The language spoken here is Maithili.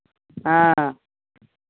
हँ